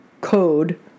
code